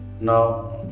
Now